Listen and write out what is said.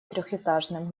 трехэтажным